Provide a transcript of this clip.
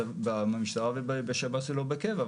במשטרה ובשב"ס זה לא בקבע,